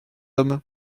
homme